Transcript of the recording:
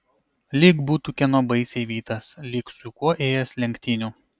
lyg būtų kieno baisiai vytas lyg su kuo ėjęs lenktynių